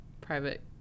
Private